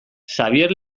xabier